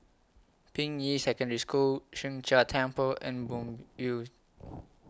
Ping Yi Secondary School Sheng Jia Temple and Moonbeam View